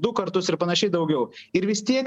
du kartus ir panašiai daugiau ir vis tiek